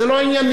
זה לא ענייני.